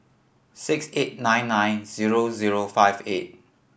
six eight nine nine zero zero five eight